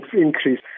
increase